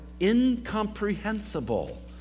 incomprehensible